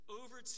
over